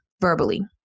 verbally